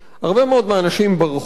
הרבה מאוד מהאנשים ברחו,